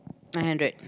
nine hundred